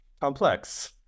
complex